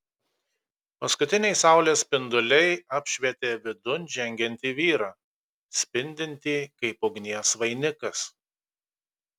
paskutiniai saulės spinduliai apšvietė vidun žengiantį vyrą spindintį kaip ugnies vainikas